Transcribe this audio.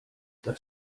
das